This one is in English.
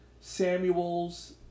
Samuels